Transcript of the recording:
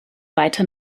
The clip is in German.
weiter